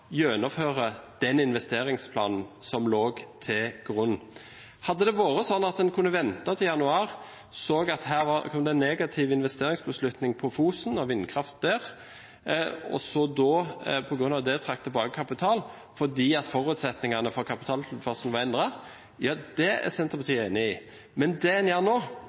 den investeringsplanen som lå til grunn. Hadde det vært sånn at en kunne ventet til januar og sett at her kom det en negativ investeringsbeslutning på Fosen og vindkraft der, og så på grunn av det trakk tilbake kapital fordi forutsetningene for kapitaltilførselen var endret, ja da hadde Senterpartiet vært enig. Men det en gjør nå,